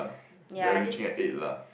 ya I just need to be